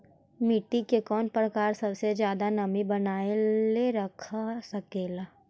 मिट्टी के कौन प्रकार सबसे जादा नमी बनाएल रख सकेला?